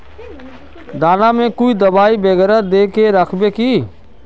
दाना में कुछ दबाई बेगरा दय के राखबे की?